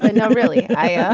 not really i yeah